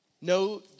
no